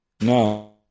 No